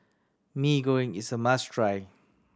Mee Goreng is a must try